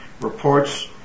reports